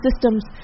systems